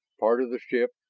part of the ship,